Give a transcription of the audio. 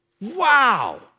wow